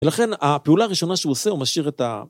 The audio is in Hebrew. ולכן הפעולה הראשונה שהוא עושה הוא משאיר את ה...